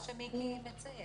זה מה שמיקי מנסה.